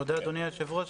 תודה אדוני היושב ראש.